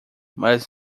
mas